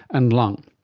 and lung.